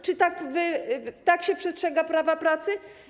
Czy tak się przestrzega prawa pracy?